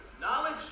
Knowledge